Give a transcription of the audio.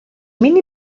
μην